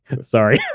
Sorry